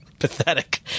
Pathetic